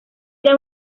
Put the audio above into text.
era